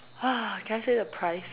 !wah! can I see the price